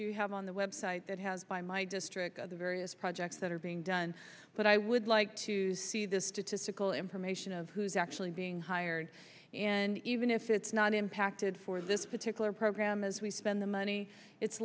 you have on the web site that has by my district the various projects that are being done but i would like to see the statistical information of who's actually being hired and even if it's not impacted for this particular program as we spend the money it's